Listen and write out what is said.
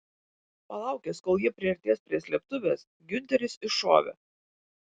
palaukęs kol jie priartės prie slėptuvės giunteris iššovė